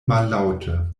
mallaŭte